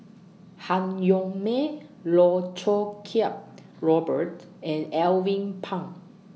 Han Yong May Loh Choo Kiat Robert and Alvin Pang